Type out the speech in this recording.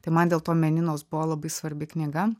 tai man dėl to meninos buvo labai svarbi knyga